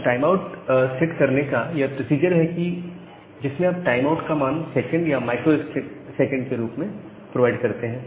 तो time out set करने का यह प्रोसीजर है जिसमें आप टाइम आउट का मान सेकंड या माइक्रो सेकंड के रूप में प्रोवाइड करते हैं